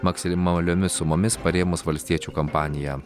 maksimaliomis sumomis parėmus valstiečių kompaniją